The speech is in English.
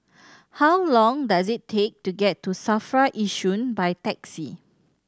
how long does it take to get to SAFRA Yishun by taxi